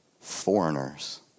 Foreigners